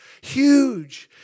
huge